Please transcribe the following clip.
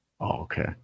Okay